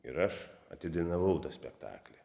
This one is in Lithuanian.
ir aš atidainavau tą spektaklį